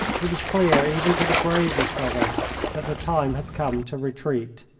it was clear even to the bravest of us that the time had come to retreat.